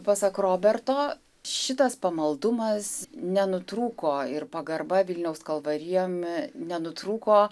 pasak roberto šitas pamaldumas nenutrūko ir pagarba vilniaus kalvarijom nenutrūko